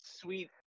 sweet